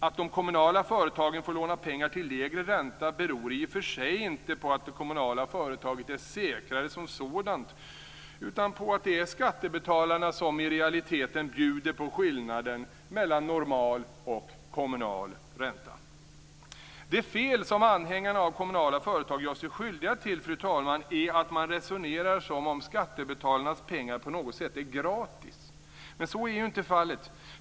Att kommunala företag får låna pengar till lägre ränta beror i och för sig inte på att det kommunala företaget är säkrare som sådant, utan på att det är skattebetalarna som i realiteten bjuder på skillnaden mellan normal och kommunal ränta. Det fel som anhängarna av kommunala företag gör sig skyldiga till, fru talman, är att man resonerar som om skattebetalarnas pengar på något sätt är gratis. Men så är inte fallet.